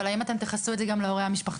אבל האם אתם תכסו את זה גם להורי המשפחתונים?